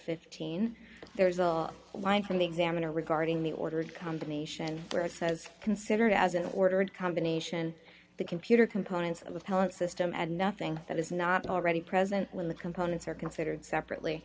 fifteen there is a line from the examiner regarding the ordered combination where it says considered as an ordered combination the computer components of appellant system and nothing that is not already present when the components are considered separately